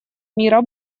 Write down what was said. мира